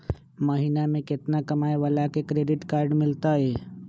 महीना में केतना कमाय वाला के क्रेडिट कार्ड मिलतै?